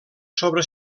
sobre